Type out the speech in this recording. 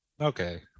Okay